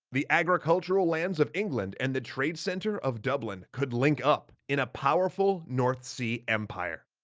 the agricultural lands of england and the trade center of dublin could link up in a powerful north sea empire,